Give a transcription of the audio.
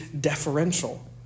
deferential